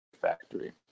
factory